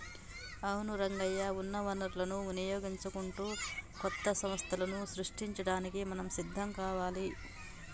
అవును రంగయ్య ఉన్న వనరులను వినియోగించుకుంటూ కొత్త సంస్థలను సృష్టించడానికి మనం సిద్ధం కావాలి